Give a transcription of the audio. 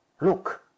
Look